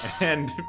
And-